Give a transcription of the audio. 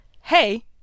hey